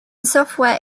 software